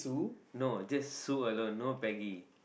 no just sue alone no peggy